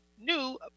new